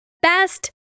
best